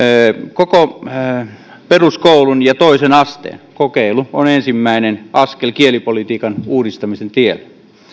koko peruskoulun ja toisen asteen kokeilu on ensimmäinen askel kielipolitiikan uudistamisen tiellä